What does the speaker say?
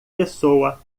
pessoa